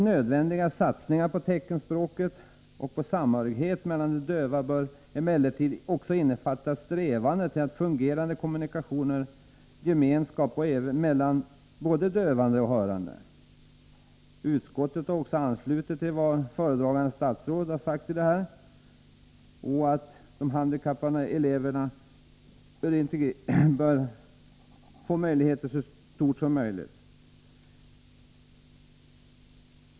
Nödvändiga satsningar på teckenspråket och på samhörigheten mellan de döva bör emellertid också innefatta strävanden efter fungerande kommunikationer och gemenskap även mellan döva och hörande. Utskottet har anslutit sig till vad föredragande statsrådet har sagt och anser också att de handikappade eleverna bör ha en så bra situation som möjligt.